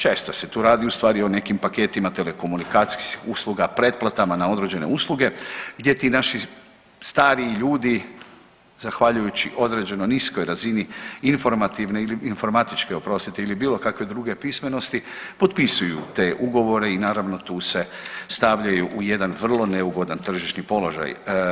Često se tu radi ustvari o nekim paketima telekomunikacijskih usluga, pretplatama na određene usluge gdje ti naši stariji ljudi zahvaljujući određenoj niskoj razini informativne informatičke oprostite ili bilo kakve druge pismenosti, potpisuju te ugovore i naravno tu se stavljaju u jedan vrlo neugodan tržišni položaj.